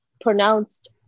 pronounced